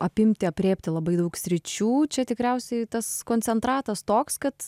apimti aprėpti labai daug sričių čia tikriausiai tas koncentratas toks kad